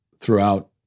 throughout